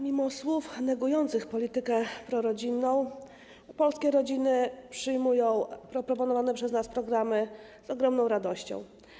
Mimo słów negujących politykę prorodzinną polskie rodziny przyjmują proponowane przez nas programy z ogromną radością.